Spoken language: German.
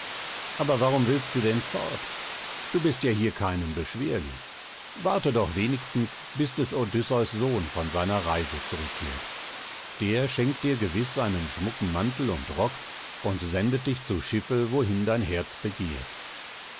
aber warum willst du denn fort du bist ja hier keinem beschwerlich warte doch wenigstens bis des odysseus sohn von seiner reise zurückkehrt der schenkt dir gewiß einen schmucken mantel und rock und sendet dich zu schiffe wohin dein herz begehrt